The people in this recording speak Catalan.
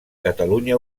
catalunya